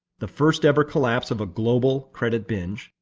the first-ever collapse of a global credit binge,